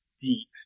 deep